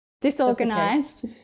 disorganized